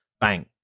Bang